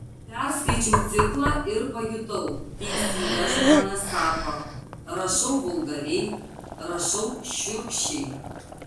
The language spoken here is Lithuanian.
perskaičiau ciklą ir pajutau teisybę žmonės sako rašau vulgariai rašau šiurkščiai